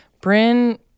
Bryn